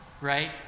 right